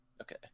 Okay